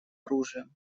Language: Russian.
оружием